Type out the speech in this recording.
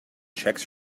checks